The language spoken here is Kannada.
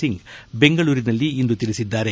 ಸಿಂಗ್ ಬೆಂಗಳೂರಿನಲ್ಲಿ ಇಂದು ತಿಳಿಸಿದ್ದಾರೆ